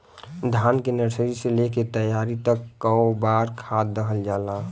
धान के नर्सरी से लेके तैयारी तक कौ बार खाद दहल जाला?